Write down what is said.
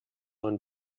und